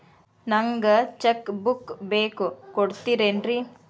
ನಂಗ cheque book ಬೇಕು ಕೊಡ್ತಿರೇನ್ರಿ?